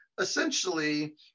essentially